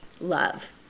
love